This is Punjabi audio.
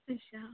ਅੱਛਾ